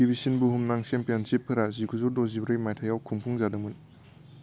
गिबिसिन बुहुमनां चेम्पियनशिपफोरा जिगुजौ द'जिब्रै मायथायाव खुंफुं जादोंमोन